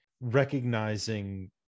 recognizing